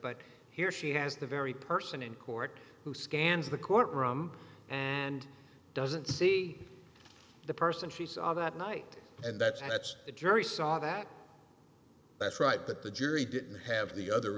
but here she has the very person in court who scans the court room and doesn't see the person she saw that night and that's and that's the jury saw that that's right that the jury didn't have the other